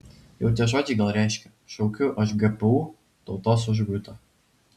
jau tie žodžiai gal reiškia šaukiu aš gpu tautos užguitą